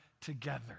together